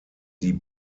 die